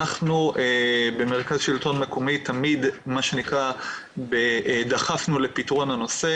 אנחנו במרכז שלטון מקומי תמיד דחפנו לפתרון הנושא.